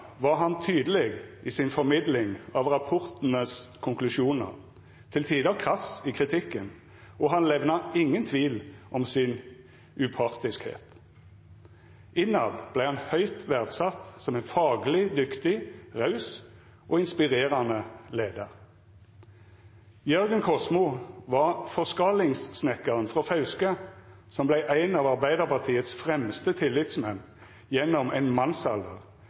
rapportenes konklusjoner, til tider krass i kritikken, og han levnet ingen tvil om sin upartiskhet. Innad ble han høyt verdsatt som en faglig dyktig, raus og inspirerende leder. Jørgen Kosmo var forskalingssnekkeren fra Fauske som ble en av Arbeiderpartiets fremste tillitsmenn gjennom en mannsalder,